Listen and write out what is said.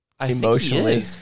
emotionally